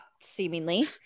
seemingly